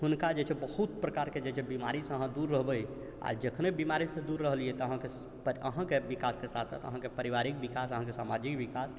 हुनका जे छै बहुत प्रकारके जे छै बीमारीसँ अहाँ दूर रहबै आओर जखने बीमारी सँ दूर रहलियै तऽ अहाँ अहाँके विकासके साथ साथ अहाँके पारिवारिक विकास अहाँके सामाजिक विकास